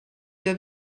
que